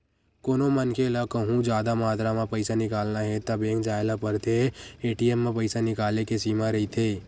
कोनो मनखे ल कहूँ जादा मातरा म पइसा निकालना हे त बेंक जाए ल परथे, ए.टी.एम म पइसा निकाले के सीमा रहिथे